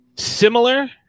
Similar